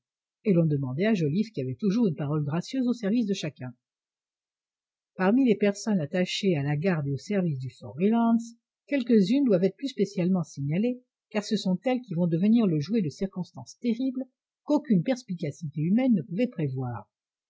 et l'on demandait à joliffe qui avait toujours une parole gracieuse au service de chacun parmi les personnes attachées à la garde et au service du fortreliance quelques-unes doivent être plus spécialement signalées car ce sont elles qui vont devenir le jouet de circonstances terribles qu'aucune perspicacité humaine ne pouvait prévoir